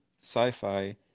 sci-fi